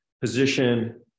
position